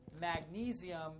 magnesium